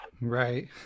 Right